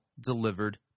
delivered